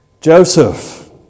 Joseph